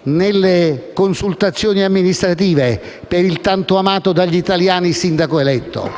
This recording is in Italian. nelle consultazioni amministrative per il tanto amato dagli italiani sindaco eletto.